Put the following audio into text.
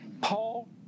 Paul